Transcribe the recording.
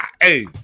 hey